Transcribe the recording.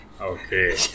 okay